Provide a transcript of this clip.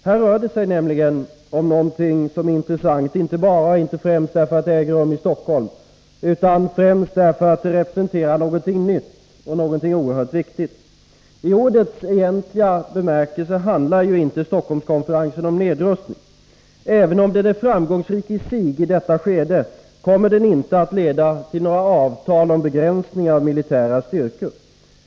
Här rör det sig nämligen om något som är intressant inte främst därför att det äger rum i Stockholm utan i första hand därför att det representerar någonting nytt och oerhört viktigt. I ordets egentliga bemärkelse handlar Stockholmskonferensen ju inte om nedrustning. Även om den är framgångsrik i sig i detta skede, kommer den inte att leda till några avtal om begränsningar av militära styrkor.